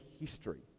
history